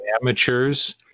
amateurs